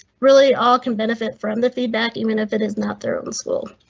really all can benefit from the feedback, even if it is not their own school.